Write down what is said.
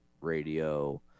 Radio